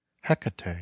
Hecate